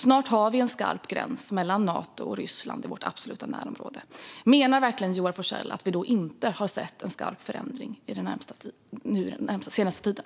Snart har vi en skarp gräns mellan Nato och Ryssland i vårt absoluta närområde. Menar verkligen Joar Forssell att vi då inte har sett en skarp förändring den senaste tiden?